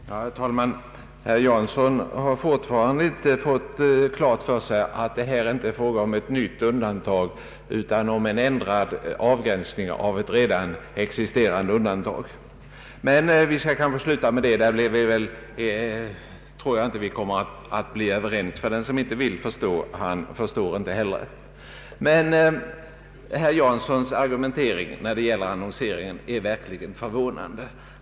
Herr talman! Herr Jansson har fortfarande inte fått klart för sig att det här inte är fråga om ett nytt undantag utan om en ändrad avgränsning av ett redan existerande undantag. Men vi skall väl sluta diskutera detta, vi kommer ändå inte att bli överens. Den som inte vill förstå, han förstår inte heller. Herr Janssons argumentering när det gäller annonseringen är verkligen förvånande.